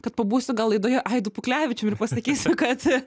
kad pabūsiu gal laidoje aidu puklevičium ir pasakysiu kad